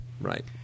right